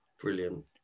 Brilliant